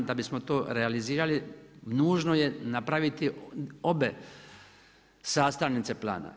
Da bismo to realizirali, nužno je napraviti obje sastavnice plana.